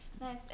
Nice